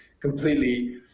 completely